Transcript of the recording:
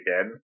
again